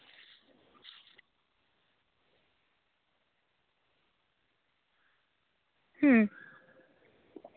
ᱦᱩᱸ